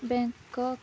Bangkok